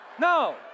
No